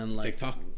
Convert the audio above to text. TikTok